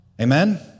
Amen